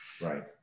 right